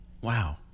Wow